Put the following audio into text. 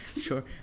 Sure